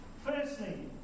Firstly